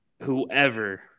whoever